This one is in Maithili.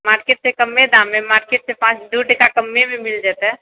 मार्केट से कममे दाममे मार्केट से पाँच दू टका कममे मिल जेतै